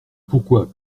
pourquoi